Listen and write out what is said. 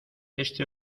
este